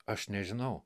aš nežinau